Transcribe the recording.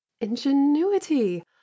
ingenuity